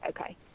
Okay